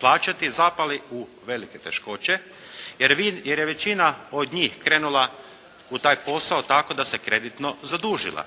plaćati zapali u velike teškoće jer je većina od njih krenula u taj posao tako da se kreditno zadužila